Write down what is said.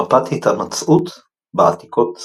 מפת התמצאות בעתיקות סטובי